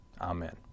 Amen